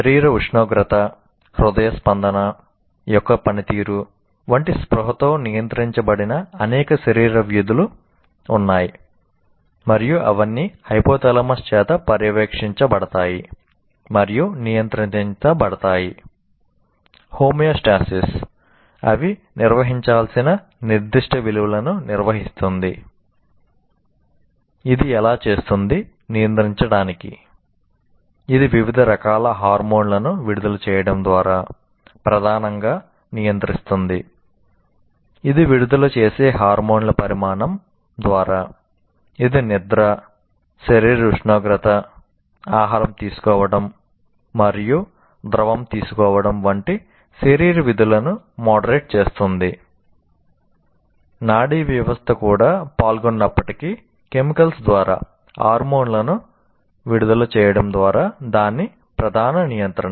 శరీర ఉష్ణోగ్రత హృదయ స్పందన యొక్క పనితీరు వంటి స్పృహతో నియంత్రించబడని అనేక శరీర విధులు ఉన్నాయి మరియు అవన్నీ హైపోథాలమస్ హార్మోన్లను విడుదల చేయడం ద్వారా దాని ప్రధాన నియంత్రణ